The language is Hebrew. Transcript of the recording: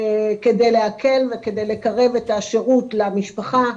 כדי להקל וכדי לקרב את השירות למשפחה.